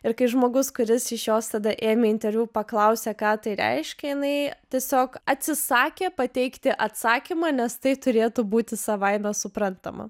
ir kai žmogus kuris iš jos tada ėmė interviu paklausė ką tai reiškia jinai tiesiog atsisakė pateikti atsakymą nes tai turėtų būti savaime suprantama